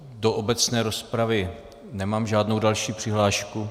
Do obecné rozpravy nemám žádnou další přihlášku.